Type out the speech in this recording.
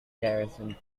garrison